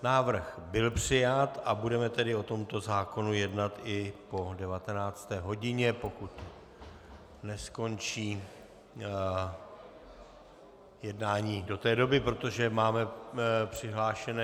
Návrh byl přijat a budeme tedy o tomto zákonu jednat i po 19. hodině, pokud neskončí jednání do té doby, protože máme přihlášeny...